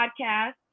podcast